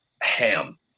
ham